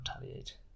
Retaliate